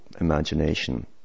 imagination